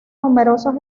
numerosos